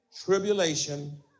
tribulation